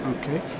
okay